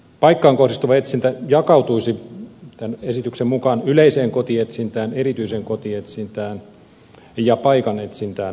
paikkaan kohdistuva etsintä jakautuisi tämän esityksen mukaan yleiseen kotietsintään erityiseen kotietsintään ja paikanetsintään